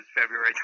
February